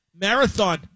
marathon